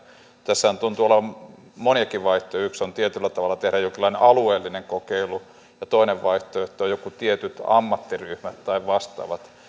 tässähän tuntuu olevan moniakin vaihtoehtoja yksi on tietyllä tavalla tehdä jonkinlainen alueellinen kokeilu ja toinen vaihtoehto on jotkut tietyt ammattiryhmät tai vastaavat